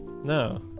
No